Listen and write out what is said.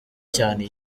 cyane